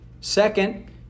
Second